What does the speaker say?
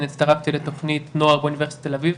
הצטרפתי לתוכנית נוער באוניברסיטת תל אביב,